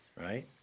Right